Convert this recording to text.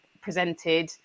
presented